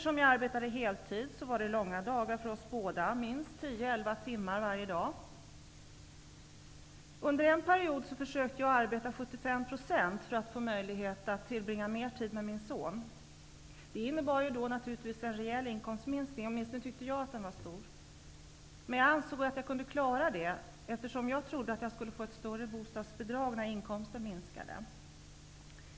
Då jag arbetade heltid var det långa dagar för oss båda, minst tio elva timmar varje dag. Under en period försökte jag arbeta 75 % för att få möjlighet att tillbringa mer tid med min son. Det innebar naturligtvis en rejäl inkomstminskning -- åtminstone tyckte jag att den var stor. Men jag ansåg att jag kunde klara av det, eftersom jag trodde att jag skulle få ett större bostadsbidrag när inkomsten minskade.